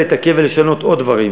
לתקן ולשנות עוד דברים.